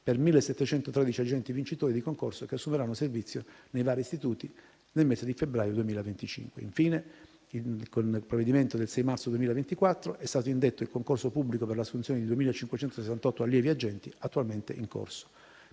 per 1.713 agenti vincitori di concorso, che assumeranno servizio nei vari istituti penitenziari nel mese di febbraio 2025. Infine, con provvedimento del direttore generale del 6 marzo 2024, è stato indetto il concorso pubblico per l'assunzione di 2.568 allievi agenti, attualmente in corso.